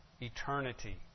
eternity